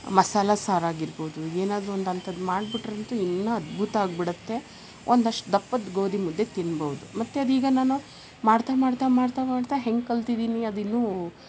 ಮಸಾಲೆ ಸಾರಾಗಿರ್ಬೋದು ಏನಾದರೂ ಒಂದು ಅಂತಂದು ಮಾಡ್ಬಿಟ್ಟರಂತೂ ಇನ್ನ ಅದ್ಭುತ ಆಗ್ಬಿಡುತ್ತೆ ಒಂದಷ್ಟು ದಪ್ಪದ ಗೋದಿ ಮುದ್ದೆ ತಿನ್ಬೌದು ಮತ್ತು ಅದೀಗ ನಾನು ಮಾಡ್ತಾ ಮಾಡ್ತಾ ಮಾಡ್ತಾ ಮಾಡ್ತಾ ಹೆಂಗೆ ಕಲ್ತಿದ್ದೀನಿ ಅದಿನ್ನು